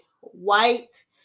white